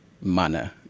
manner